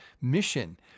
mission